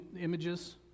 images